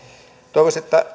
toivoisin että